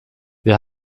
wir